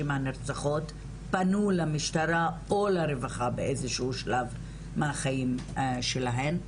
הנרצחות פנו למשטרה או לרווחה באיזשהו שלב מהחיים שלהן.